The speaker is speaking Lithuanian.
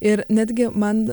ir netgi man